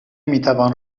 میتوان